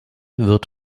wird